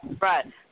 Right